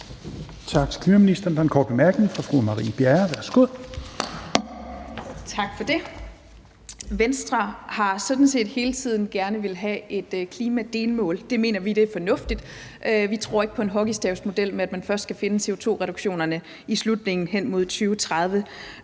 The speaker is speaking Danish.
Tak for det. Venstre har sådan set hele tiden gerne villet have et klimadelmål. Det mener vi er fornuftigt. Vi tror ikke på en hockeystavsmodel, hvor man først skal finde CO2-reduktionerne i slutningen hen mod 2030.